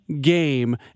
game